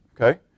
Okay